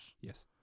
Yes